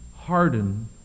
harden